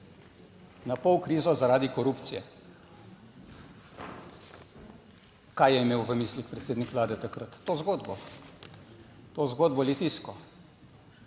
Na pol krizo zaradi korupcije. Kaj je imel v mislih predsednik Vlade takrat? To zgodbo, to zgodbo litijsko?